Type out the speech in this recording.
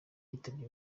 yitabye